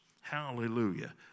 Hallelujah